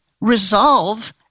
resolve